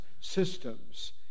systems